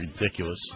ridiculous